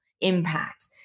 impact